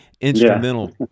instrumental